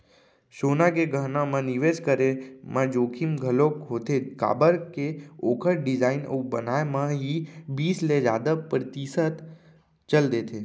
सोना के गहना म निवेस करे म जोखिम घलोक होथे काबर के ओखर डिजाइन अउ बनाए म ही बीस ले जादा परतिसत चल देथे